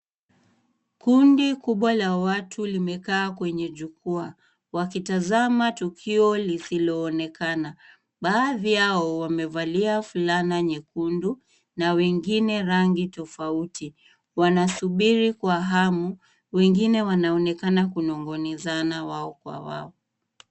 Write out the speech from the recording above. Kundi kubwa la watu limekaa kwenye jukwaa wakitazama tukio lisiloonekana, baadhi yao wamevalia fulana nyekundu na wengine rangi tofauti wanasubiri kwa hamu , wengine wanaonekana kunong'onezana wao kwa wao.